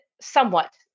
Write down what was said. somewhat